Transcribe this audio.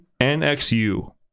NXU